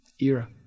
era